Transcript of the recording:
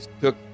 took